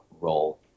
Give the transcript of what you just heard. role